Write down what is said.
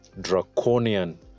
draconian